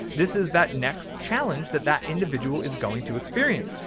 this is that next challenge that that individual is going to experience.